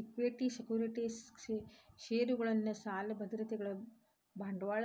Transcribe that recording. equity securities ಷೇರುಗಳನ್ನ ಸಾಲ ಭದ್ರತೆಗಳ ಬಾಂಡ್ಗಳ